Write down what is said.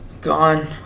gone